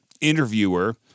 interviewer